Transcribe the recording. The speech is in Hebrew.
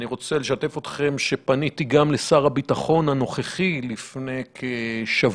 אני רוצה לשתף אתכם שפניתי גם לשר הביטחון הנוכחי לפני כשבוע,